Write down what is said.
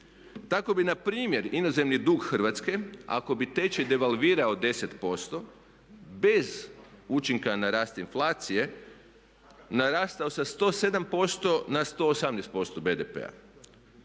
Tako bi npr. inozemni dug Hrvatske, ako bi tečaj devalvirao 10% bez učinka na rast inflacije narastao sa 107% na 118% BDP-a.